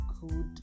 good